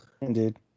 indeed